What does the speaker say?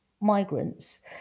migrants